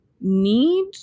need